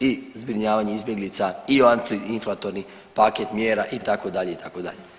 i zbrinjavanje izbjeglica i antiinflatorni paket mjera itd., itd.